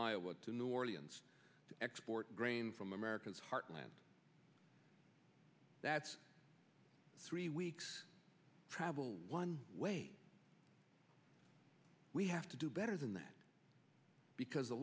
iowa to new orleans to export grain from america's heartland that's three weeks travel one way we have to do better than that because the